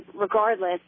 regardless